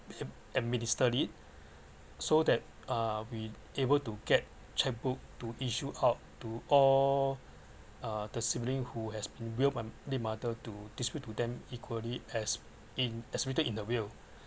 ad~ administer it so that uh we able to get checkbook to issue out to all uh the sibling who has been willed by late mother to distribute to them equally as in as stated in the will